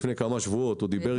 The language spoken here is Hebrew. לפני כמה שבועות הוא דיבר איתה.